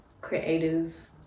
creative